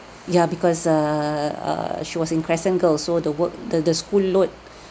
ya because err uh she was in crescent girls so the work the the school load